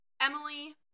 Emily